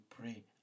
pray